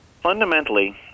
Fundamentally